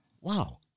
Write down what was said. wow